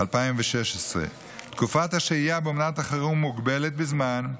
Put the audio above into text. התשע"ו 2016. תקופת השהייה באומנת החירום מוגבלת בזמן,